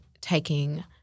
taking